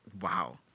Wow